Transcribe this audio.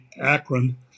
Akron